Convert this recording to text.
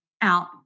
out